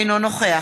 אינו נוכח